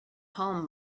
home